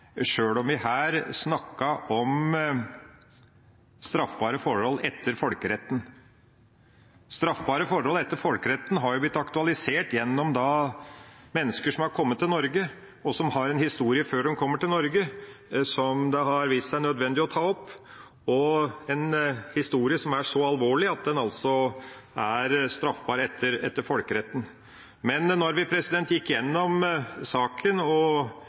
sjøl om vi her snakket om straffbare forhold etter folkeretten. Straffbare forhold etter folkeretten har blitt aktualisert gjennom mennesker som har kommet til Norge, og som har en historie før de kommer som det har vist seg nødvendig å ta opp − en historie som er så alvorlig at den er straffbar etter folkeretten. Men når vi gikk gjennom saken og